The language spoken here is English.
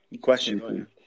Question